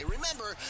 Remember